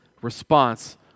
response